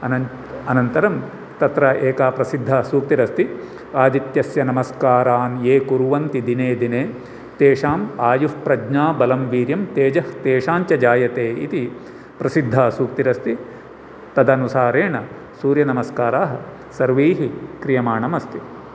अनन् अनन्तरं तत्र एका प्रसिद्धा सूक्तिरस्ति आदित्यस्य नमस्कारान् ये कुर्वन्ति दिने दिने तेषां आयुः प्रज्ञा बलं वीर्यं तेजः तेषां च जायते इति प्रसिद्धा सूक्तिरस्ति तदनुसारेण सूर्यनमस्कारः सर्वैः क्रियमाणमस्ति